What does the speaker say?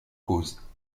cause